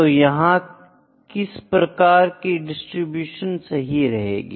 तो यहां किस प्रकार की डिस्ट्रीब्यूशन सही रहेगी